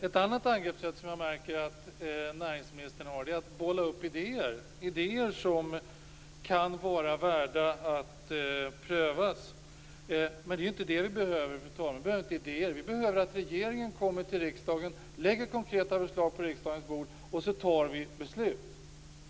Ett annat angreppssätt som näringsministern har är att bolla upp idéer som kan vara värda att pröva. Men det är inte idéer vi behöver, fru talman. Vad vi behöver är att regeringen lägger konkreta förslag på riksdagens bord och tar beslut.